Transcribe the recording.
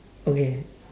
okay